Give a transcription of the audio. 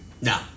No